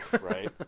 Right